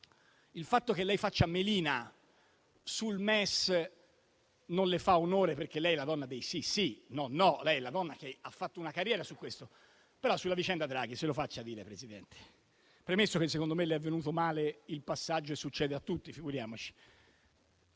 Il fatto che lei faccia melina sul MES non le fa onore, perché lei è la donna dei "sì sì" e dei "no no". Lei è la donna che ha fatto una carriera su questo. Ma sulla vicenda Draghi - se lo lasci dire, Presidente, premesso che, secondo me le è venuto male il passaggio e succede a tutti, figuriamoci